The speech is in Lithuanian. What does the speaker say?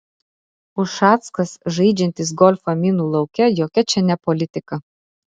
ušackas žaidžiantis golfą minų lauke jokia čia ne politika